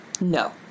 no